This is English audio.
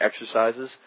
exercises